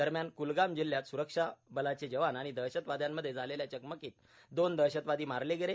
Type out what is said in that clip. दरम्यान कुलगाम जिल्ह्यात सुरक्षा बलाचे जवान आणि दहशतवाद्यांमध्ये झालेल्या चकमकीत दोन दहशतवादी मारले गेले